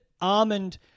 Almond